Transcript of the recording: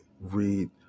read